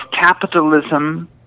capitalism